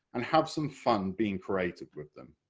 and have some fun being creative with them.